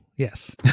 Yes